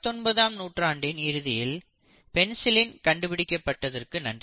பத்தொன்பதாம் நூற்றாண்டின் இறுதியில் பெனிசிலின் கண்டுபிடிக்கப்பட்டதுக்கு நன்றி